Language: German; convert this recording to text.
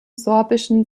sorbischen